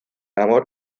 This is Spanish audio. amor